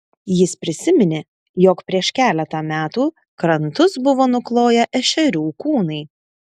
jis prisiminė jog prieš keletą metų krantus buvo nukloję ešerių kūnai